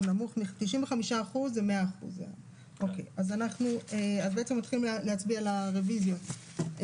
נמוך מ-95% 100%. אז מתחילים להצביע על הרוויזיות.